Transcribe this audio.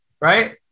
Right